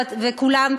ולכולם,